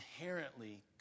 inherently